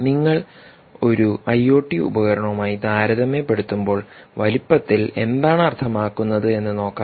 നിങ്ങൾ ഒരു ഐഒടി ഉപകരണവുമായി താരതമ്യപ്പെടുത്തുമ്പോൾ വലുപ്പത്തിൽ എന്താണ് അർത്ഥമാക്കുന്നത് എന്ന് നോക്കാം